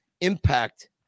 impact